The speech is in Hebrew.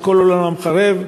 ואז כל עולמם חרב,